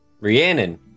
Rhiannon